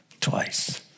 twice